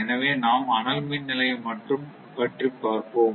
எனவே நாம் அனல் மின் நிலையம் பற்றி மட்டும் பார்ப்போம்